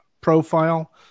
profile